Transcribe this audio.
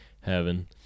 heaven